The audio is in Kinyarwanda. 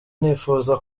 nifuza